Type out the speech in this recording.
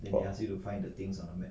!whoa!